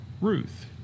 Ruth